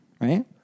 right